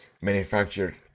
manufactured